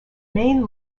main